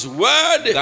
word